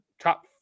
top